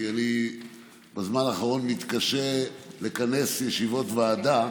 כי בזמן האחרון אני מתקשה לכנס ישיבות ועדה,